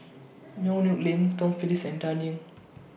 Yong Nyuk Lin Tom Phillips and Dan Ying